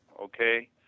okay